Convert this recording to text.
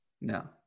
No